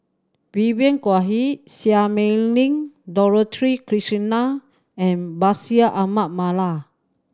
Vivien Quahe Seah Mei Lin Dorothy Krishnan and Bashir Ahmad Mallal